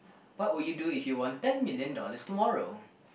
what would you do if you won ten million dollars tomorrow